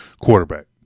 quarterback